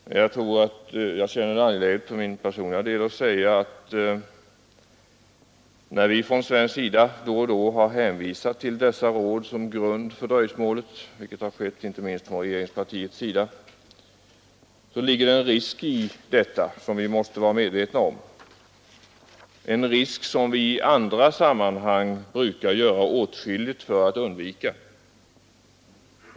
Men för min del känns det angeläget att säga att det ligger en risk i att, som då och då har skett, från svensk sida ange dessa råd som grund för dröjsmålet, vilket inte minst regeringspartiet har gjort. Den risken måste vi vara medvetna om. Det är en risk som vi i andra sammanhang brukar göra åtskilligt för att undvika.